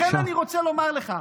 ולכן אני רוצה לומר לך,